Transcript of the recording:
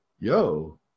yo